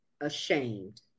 ashamed